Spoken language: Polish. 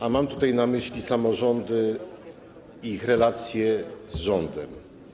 A mam tutaj na myśli samorządy, ich relacje z rządem.